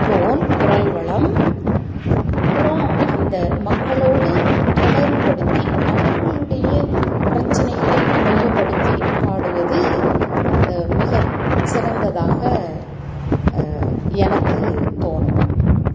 tone குரல்வளம் அப்புறம் அந்த மக்களோடு தொடர்புப்படுத்தி அவர்களுடைய பிரச்சினைகளை மையப்படுத்தி பாடுவது மிக சிறந்ததாக எனக்கு தோணும்